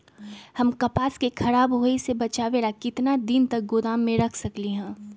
हम कपास के खराब होए से बचाबे ला कितना दिन तक गोदाम में रख सकली ह?